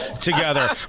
together